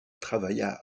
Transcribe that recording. travailla